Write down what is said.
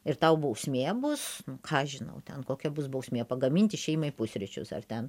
ir tau bausmė bus ką aš žinau ten kokia bus bausmė pagaminti šeimai pusryčius ar ten